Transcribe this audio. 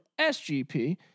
SGP